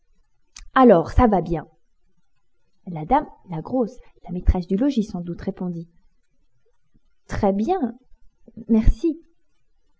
alors ça va bien la dame la grosse la maîtresse du logis sans doute répondit très bien merci